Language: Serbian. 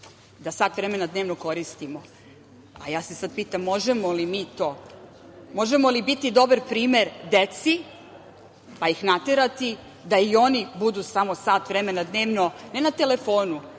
da sat vremena dnevno koristimo. Ja se sada pitam da li možemo mi to? Da li možemo biti dobar primer deci, pa ih naterati da i oni budu samo sat vremena dnevno, ne na telefonu,